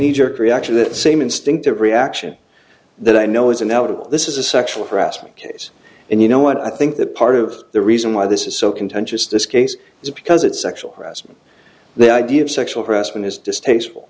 he jerk reaction that same instinctive reaction that i know is inevitable this is a sexual harassment case and you know what i think that part of the reason why this is so contentious this case is because it sexual harassment the idea of sexual harassment is distasteful